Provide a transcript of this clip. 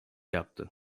yaptı